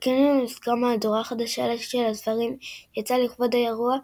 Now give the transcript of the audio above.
בקניון הוצגה מהדורה חדשה של הספרים שיצאה לכבוד האירוע,